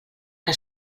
que